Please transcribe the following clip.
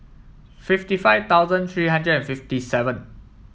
fifty five thousand three hundred and fifty seven